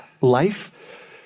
life